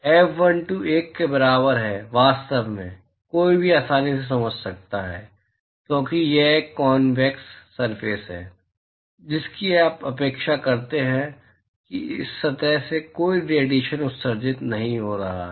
F12 1 के बराबर है वास्तव में कोई भी आसानी से समझ सकता है क्योंकि यह एक कॉन्वेक्स सरफेस है जिसकी आप अपेक्षा करते हैं कि सतह से कोई रेडिएशन उत्सर्जित नहीं हो रहा है